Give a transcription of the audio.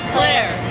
Claire